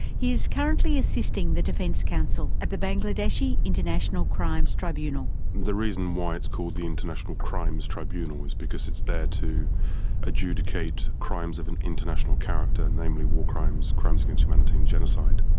he is currently assisting the defence counsel at the bangladeshi international crimes tribunal. the reason why it's called the international crimes tribunal is because it's there to adjudicate crimes of an international character, namely war crimes, crimes against humanity, and genocide.